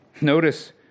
Notice